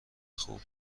خوب